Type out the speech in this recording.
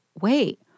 wait